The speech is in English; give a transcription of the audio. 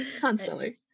constantly